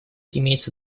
имеется